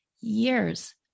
Years